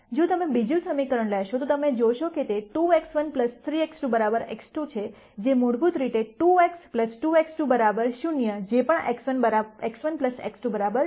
જો તમે બીજું સમીકરણ લેશો તો તમે જોશો કે તે 2 X1 3 X2 X2 છે જે મૂળભૂત રીતે 2x 2 X2 0 જે પણ X1 X2 0 છે